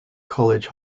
college